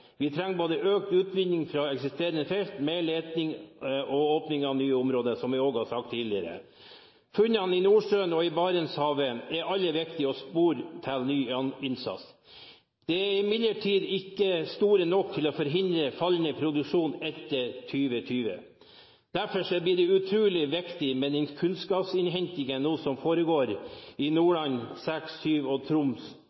Vi trenger både økt utvinning fra eksisterende felt, mer leting og åpning av nye områder – som jeg òg har sagt tidligere. Funnene i Nordsjøen og i Barentshavet er alle viktige og sporer til ny innsats. De er imidlertid ikke store nok til å forhindre fallende produksjon etter 2020. Derfor blir det utrolig viktig med den kunnskapsinnhentingen som foregår nå i